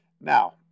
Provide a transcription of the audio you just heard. Now